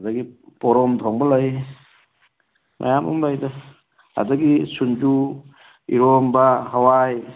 ꯑꯗꯒꯤ ꯄꯣꯔꯣꯝ ꯊꯣꯡꯕ ꯂꯩ ꯃꯌꯥꯝ ꯑꯃ ꯂꯩꯗ ꯑꯗꯒꯤ ꯁꯤꯡꯖꯨ ꯏꯔꯣꯝꯕ ꯍꯋꯥꯏ